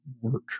work